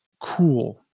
cool